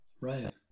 Right